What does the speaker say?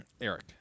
Eric